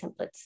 templates